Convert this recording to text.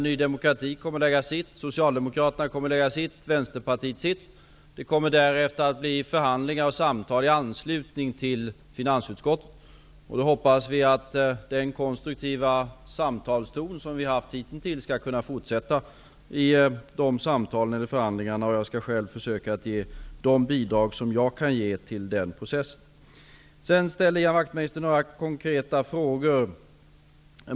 Ny demokrati kommer att lägga fram sitt förslag, Socialdemokraterna sitt och Vänsterpartiet sitt. Därefter kommer det att bli förhandlingar och samtal i anslutning till finansutskottets behandling. Vi hoppas att den konstruktiva samtalston som hitintills förts skall kunna fortsätta att föras då. Jag skall själv försöka att till den processen lämna de bidrag som jag kan. Ian Wachtmeister ställde också några konkreta frågor.